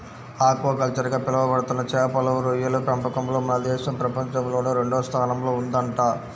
aquaculture గా పిలవబడుతున్న చేపలు, రొయ్యల పెంపకంలో మన దేశం ప్రపంచంలోనే రెండవ స్థానంలో ఉందంట